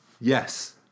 Yes